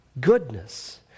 goodness